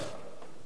אבל אתם יודעים,